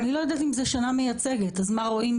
אבל הם אומרים 'כרגע אנחנו צריכים פרנסה ומהר'.